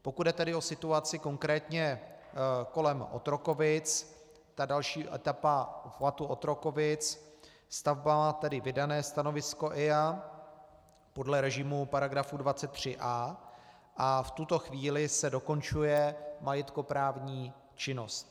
Pokud jde tedy o situaci konkrétně kolem Otrokovic, ta další etapa obchvatu Otrokovic, stavba má tedy vydané stanovisko EIA podle režimu § 23a a v tuto chvíli se dokončuje majetkoprávní činnost.